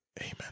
Amen